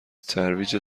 ترویج